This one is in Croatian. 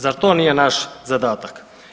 Zar to nije naš zadatak?